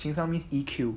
情商 means E_Q